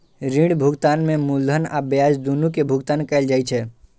ऋण भुगतान में मूलधन आ ब्याज, दुनू के भुगतान कैल जाइ छै